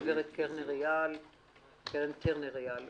הגב' קרן טרנר-אייל,